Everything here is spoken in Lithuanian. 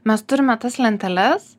mes turime tas lenteles